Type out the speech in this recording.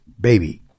baby